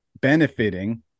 benefiting